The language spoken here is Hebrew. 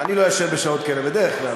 אני לא ישן בשעות כאלה בדרך כלל.